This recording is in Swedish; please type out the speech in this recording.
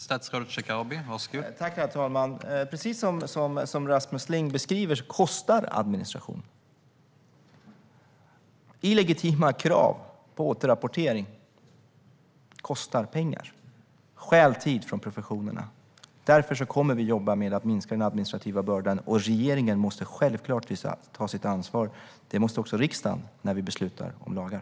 Herr talman! Precis som Rasmus Ling beskriver kostar administration. Illegitima krav på återrapportering kostar pengar och stjäl tid från professionerna. Därför kommer vi att jobba med att minska den administrativa bördan. Regeringen måste självklart ta sitt ansvar. Det måste också riksdagen göra när vi beslutar om lagar.